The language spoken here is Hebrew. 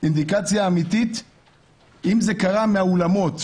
אינדיקציה אמיתית אם ההדבקה קרתה מן האולמות,